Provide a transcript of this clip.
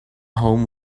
home